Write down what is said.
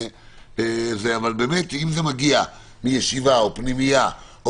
אבל אם זה מגיע מישיבה או פנימייה או